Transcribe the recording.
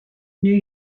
new